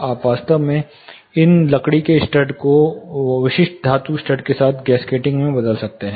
आप वास्तव में इन लकड़ी के स्टड को विशिष्ट धातु स्टड के साथ गैसकेटिंग से बदल सकते हैं